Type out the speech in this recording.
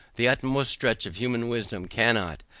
the utmost stretch of human wisdom cannot,